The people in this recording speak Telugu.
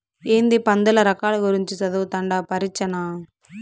ఏందీ పందుల రకాల గూర్చి చదవతండావ్ పరీచ్చనా